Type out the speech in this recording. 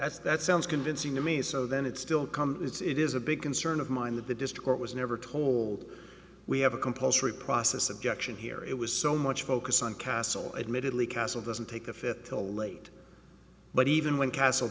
s that sounds convincing to me so then it still comes it's it is a big concern of mine that the district was never told we have a compulsory process objection here it was so much focus on castle admittedly castle doesn't take the fifth till late but even when castle